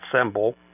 symbol